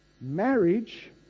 Marriage